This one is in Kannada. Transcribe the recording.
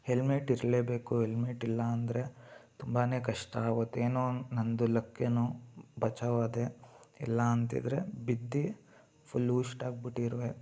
ಹೆಲ್ಮೆಟ್ ಇರಲೇಬೇಕು ಹೆಲ್ಮೆಟ್ ಇಲ್ಲಾಂದರೆ ತುಂಬಾ ಕಷ್ಟ ಆಗುತ್ತೆ ಏನೋ ಒಂದು ನನ್ನದು ಲಕ್ ಏನೋ ಬಚಾವ್ ಆದೆ ಇಲ್ಲಾಂತಿದ್ದರೆ ಬಿದ್ದು ಫುಲ್ ಊಷ್ಟಾಗಿ ಬಿಟ್ಟಿರುವೆ